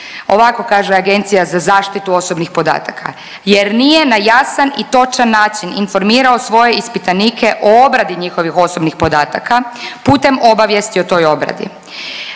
Ovako kaže Agencija za zaštitu osobnih podataka, jer nije na jasan i točan način informirao svoje ispitanike o obradi njihovih osobnih podataka putem obavijesti o toj obradi.